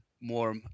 more